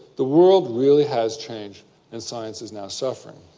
the world really has changed and science is now suffering.